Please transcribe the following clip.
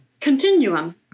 Continuum